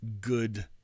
good